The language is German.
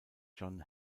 john